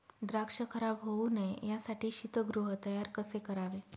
द्राक्ष खराब होऊ नये यासाठी शीतगृह तयार कसे करावे?